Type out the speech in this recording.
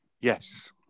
Yes